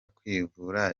kwivura